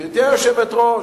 גברתי היושבת-ראש,